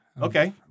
Okay